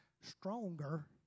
stronger